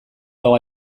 dago